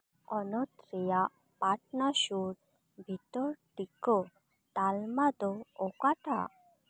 ᱦᱚᱱᱚᱛ ᱨᱮᱭᱟᱜ ᱯᱟᱴᱱᱟ ᱥᱩᱨ ᱵᱷᱤᱛᱚᱨ ᱴᱤᱠᱟᱹ ᱛᱟᱞᱢᱟ ᱫᱚ ᱚᱠᱟᱴᱟᱜ